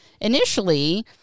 initially